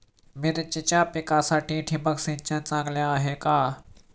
मिरचीच्या पिकासाठी ठिबक सिंचन चांगले आहे का?